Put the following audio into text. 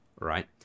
Right